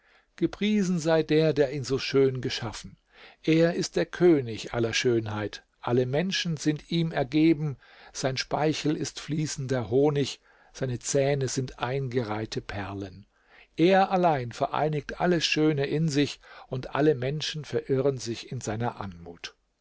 gepriesen sei der der ihn so schön geschaffen er ist der könig aller schönheit alle menschen sind ihm ergeben sein speichel ist fließender honig seine zähne sind eingereihte perlen er allein vereinigt alles schöne in sich und alle menschen verirren sich in seiner anmut